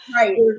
right